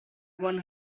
one